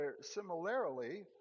Similarly